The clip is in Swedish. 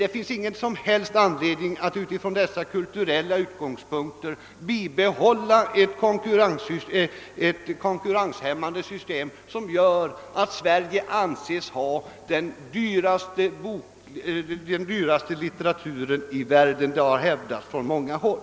Det finns ingen som helst anledning att från kulturella utgångspunkter söka bibehålla ett konkurrenshämmande system, som gör att Sverige har den dyraste litteraturen i världen, vilket har hävdats från många håll.